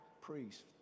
priests